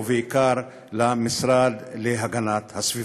ובעיקר למשרד להגנת הסביבה.